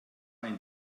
ein